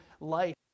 Life